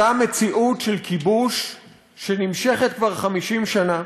אותה מציאות של כיבוש שנמשכת כבר 50 שנה,